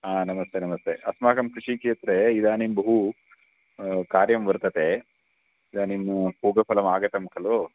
हा नमस्ते नमस्ते अस्माकं कृषिक्षेत्रे इदानीं बहु कार्यं वर्तते इदानीं पूगीफलम् आगतं खलु